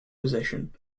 position